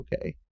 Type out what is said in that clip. okay